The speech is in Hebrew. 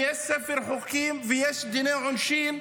ויש ספר חוקים ויש דיני עונשין,